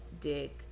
dick